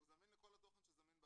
הוא זמין לכל התוכן שזמין ברשת,